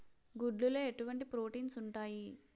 గుడ్లు లో ఎటువంటి ప్రోటీన్స్ ఉంటాయి?